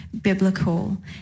biblical